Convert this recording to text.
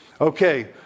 Okay